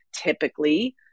typically